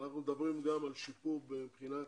אנחנו מדברים גם על שיפור מבחינת